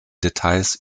details